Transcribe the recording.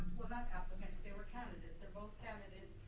well not applicants, they were candidates, they're both candidates.